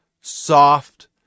soft